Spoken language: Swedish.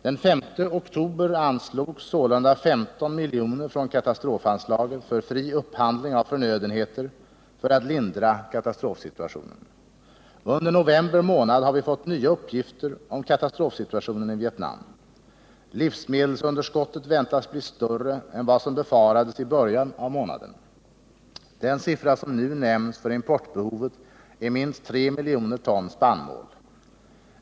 Den 5 oktober anslogs sålunda 15 milj.kr. från katastrofanslaget för fri upphandling av förnödenheter för att lindra katastrofsituationen. Under november månad har vi fått nya uppgifter om katastrofsituationen i Vietnam. Livsmedelsunderskottet väntas bli större än vad som befarades i början av månaden. Den siffra som nu nämns för importbehovet är minst 3 miljoner ton spannmål.